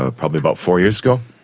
ah probably about four years ago.